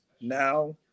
now